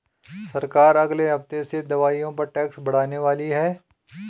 सरकार अगले हफ्ते से दवाइयों पर टैक्स बढ़ाने वाली है